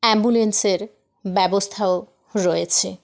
অ্যাম্বুলেন্সের ব্যবস্থাও রয়েছে